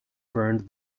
burned